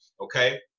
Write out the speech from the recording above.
Okay